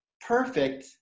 perfect